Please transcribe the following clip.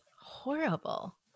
horrible